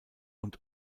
und